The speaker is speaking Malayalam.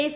എസ്